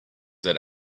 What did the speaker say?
that